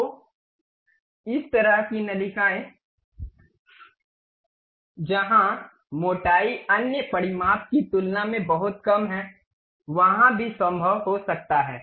तो इस तरह की नलिकाएं जहां मोटाई अन्य परिमाप की तुलना में बहुत कम है वहां भी संभव हो सकता है